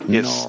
Yes